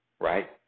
right